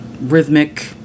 rhythmic